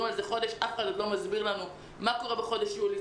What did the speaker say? אף אחד לא מסביר לנו מה קורה בחודש יולי.